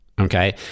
Okay